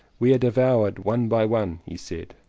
we are devoured one by one! he said.